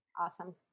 Awesome